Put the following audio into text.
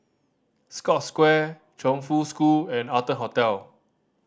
Scotts Square Chongfu School and Arton Hotel